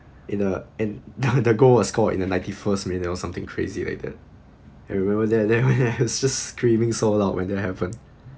in the and the the goal was scored in the ninety first minute or something crazy like that I remember that we're just screaming so loud when that happened